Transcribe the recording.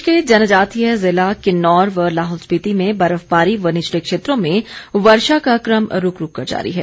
प्रदेश के जनजातीय क्षेत्र किन्नौर व लाहौल स्पिति में बर्फबारी व निचले क्षेत्रों में वर्षा का कम रूक रूक कर जारी है